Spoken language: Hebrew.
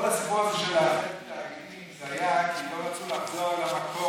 כל הסיפור הזה של תאגידים היה כי לא רצו לחזור למקור,